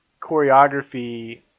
choreography